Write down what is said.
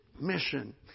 mission